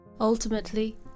Ultimately